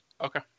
Okay